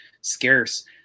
scarce